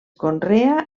conrea